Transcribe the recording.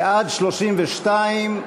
בעד, 32,